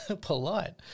polite